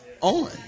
on